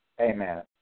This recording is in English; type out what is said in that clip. Amen